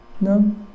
No